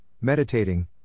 meditating